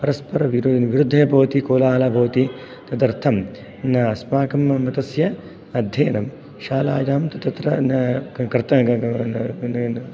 परस्परं विरुद्धे भवति कोलाहलः भवति तदर्थं न अस्माकं मतस्य अध्ययनं शालायां तत्र न